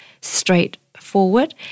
straightforward